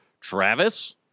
Travis